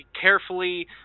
carefully